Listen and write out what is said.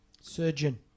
surgeon